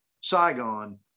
Saigon